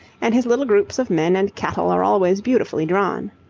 and his little groups of men and cattle are always beautifully drawn.